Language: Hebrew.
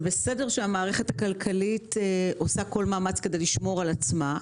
זה בסדר שהמערכת הכלכלית עושה כל מאמץ לשמור על עצמה,